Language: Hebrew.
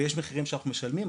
ויש מחירים שאנחנו משלמים.